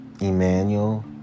Emmanuel